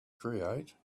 create